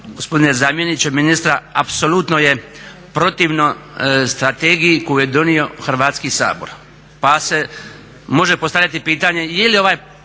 gospodine zamjeniče ministra apsolutno je protivno strategiji koju je donio Hrvatski sabor, pa se može postavljati pitanje je li ovaj